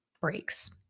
breaks